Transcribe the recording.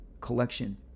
Collection